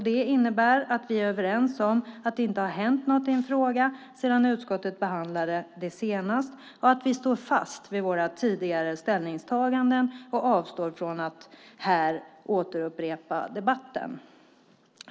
Det innebär att vi är överens om att det inte har hänt något i frågorna sedan utskottet behandlade dem senast och att vi står fast vid våra tidigare ställningstaganden och avstår från att upprepa debatten.